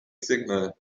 signal